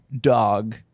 dog